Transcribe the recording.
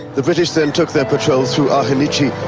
the british then took their patrol through ahmici,